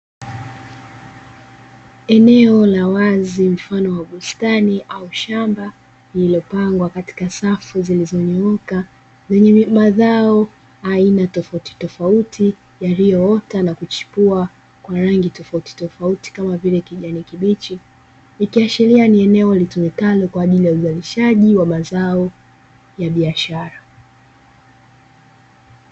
Eneo la wazi mfano wa bustani au shamba lililopangwa katika safu zilizonyooka, zenye mazao aina tofautitofauti yaliyoota na kuchipua kwa rangi tofautitofauti kama vile kijani kibichi, ikiashiria ni eneo litumikalo kwa ajili ya uzalishaji wa mazao ya biashara.